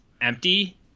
empty